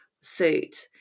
suit